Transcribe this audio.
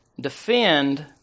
defend